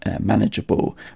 manageable